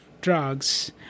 drugs